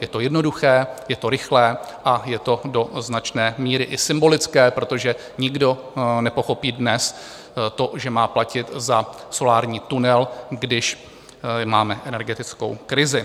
Je to jednoduché, je to rychlé a je to do značné míry i symbolické, protože nikdo dnes nepochopí, že má platit za solární tunel, když máme energetickou krizi.